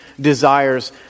desires